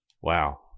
Wow